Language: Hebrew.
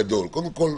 קודם כל,